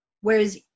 Whereas